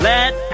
Let